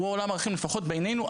לפחות בעינינו,